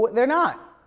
but they're not.